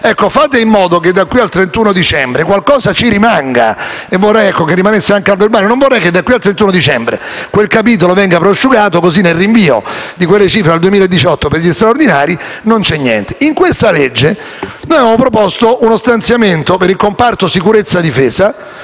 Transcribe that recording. Fate in modo che da qui al 31 dicembre qualcosa ci rimanga. Vorrei che rimanesse al verbale. Non vorrei che da qui al 31 dicembre quel capitolo venga prosciugato così nel rinvio di quelle cifre al 2018 per gli straordinari non resti niente. In questa legge avevamo proposto uno stanziamento per il comparto sicurezza e difesa